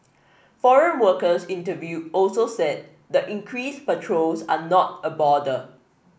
foreign workers interviewed also said the increased patrols are not a bother